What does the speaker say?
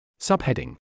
Subheading